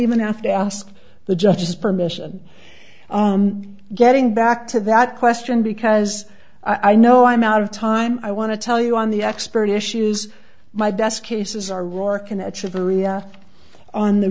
even have to ask the judge's permission getting back to that question because i know i'm out of time i want to tell you on the expert issues my best cases are